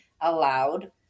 allowed